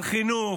על חינוך,